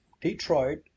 Detroit